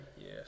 Yes